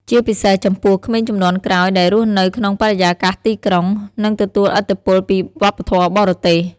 ជាពិសេស ចំពោះក្មេងជំនាន់ក្រោយដែលរស់នៅក្នុងបរិយាកាសទីក្រុង និងទទួលឥទ្ធិពលពីវប្បធម៌បរទេស។